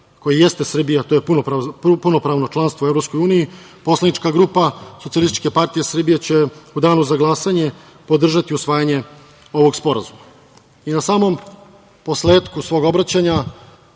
koji jeste Srbija, to je punopravno članstvo u EU, poslanička grupa SPS će u danu za glasanje podržati usvajanje ovog sporazuma. Na samom posletku, svog obraćanja,